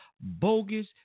bogus